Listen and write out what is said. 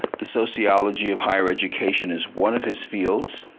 the sociology of higher education is one of his fields.